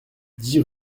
dix